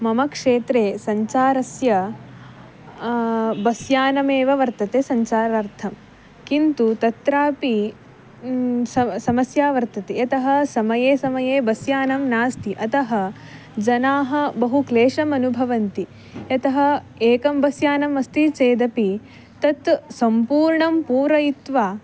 मम क्षेत्रे सञ्चारस्य बस् यानमेव वर्तते सञ्चारार्थं किन्तु तत्रापि सम समस्या वर्तते यतः समये समये बस् यानं नास्ति अतः जनाः बहु क्लेशमनुभवन्ति यतः एकं बस् यानम् अस्ति चेदपि तत् सम्पूर्णं पूरयित्वा